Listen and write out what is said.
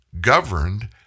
governed